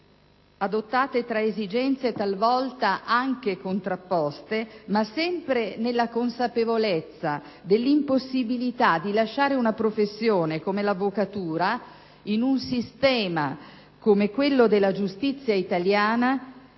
adottate tra esigenze talvolta anche contrapposte, ma sempre nella consapevolezza dell'impossibilità di lasciare una professione come l'avvocatura in un sistema come quello della giustizia italiana